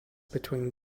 between